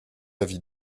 avis